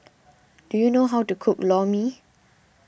do you know how to cook Lor Mee